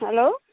hello